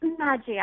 Magia